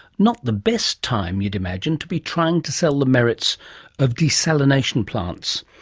not the best time, you'd imagine, to be trying to sell the merits of desalination plants.